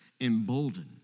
embolden